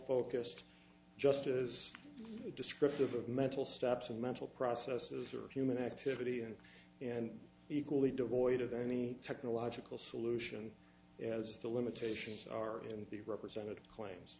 focused just is descriptive of mental steps and mental processes are a human activity and an equally devoid of any technological solution as the limitations are in the represented claims